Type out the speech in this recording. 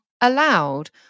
allowed